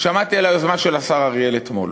שמעתי על היוזמה של השר אריאל אתמול.